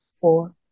Four